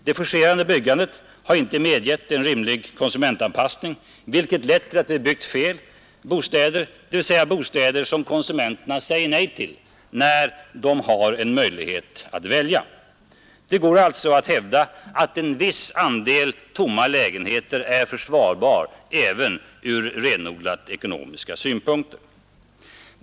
Det forcerade byggandet har inte medgett en rimlig konsumentanpassning, vilket lett till att vi byggt fel bostäder, dvs. bostäder som konsumenterna säger nej till när de har en möjlighet att välja. Det går alltså att hävda att en viss andel tomma lägenheter är försvarbar även ur renodlat ekonomiska synpunkter.